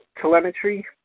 telemetry